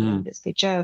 mintis tai čia